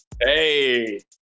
Hey